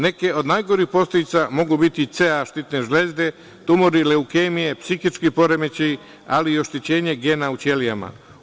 Neke od najgorih posledica mogu biti CA štitne žlezde, tumori, leukemije, psihički poremećaji, ali i oštećenje gena u ćelijama.